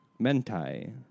Mentai